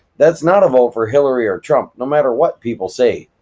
that's not a vote for hillary or trump, no matter what people say.